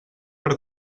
per